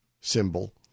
symbol